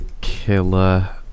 killer